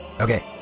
Okay